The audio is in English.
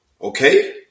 okay